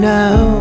now